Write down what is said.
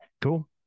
cool